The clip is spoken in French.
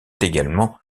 également